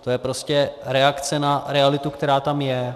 To je prostě reakce na realitu, která tam je.